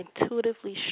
Intuitively